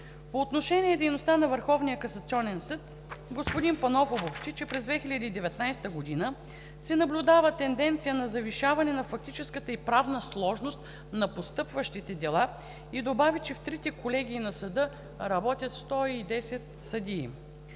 на Върховния касационен съд господин Панов обобщи, че през 2019 г. се наблюдава тенденция на завишаване на фактическата и правна сложност на постъпващите дела и добави, че в трите колегии на съда работят 110 съдии.